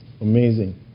amazing